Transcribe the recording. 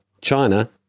China